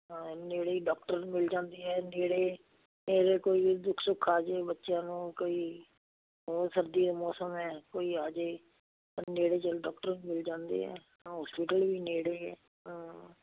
ਹਾਂ ਨੇੜੇ ਹੀ ਡਾਕਟਰ ਮਿਲ ਜਾਂਦੇ ਹੈ ਨੇੜੇ ਨੇੜੇ ਕੋਈ ਦੁੱਖ ਸੁੱਖ ਆ ਜਾਏ ਬੱਚਿਆਂ ਨੂੰ ਕੋਈ ਸਰਦੀ ਮੌਸਮ ਹੈ ਕੋਈ ਆ ਜਾਏ ਪਰ ਨੇੜੇ ਜਿਹੇ ਡਾਕਟਰ ਮਿਲ ਜਾਂਦੇ ਆ ਹੋਸਪਿਟਲ ਵੀ ਨੇੜੇ ਆ ਹਾਂ